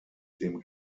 dem